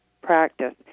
practice